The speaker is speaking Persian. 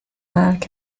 مرگ